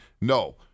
No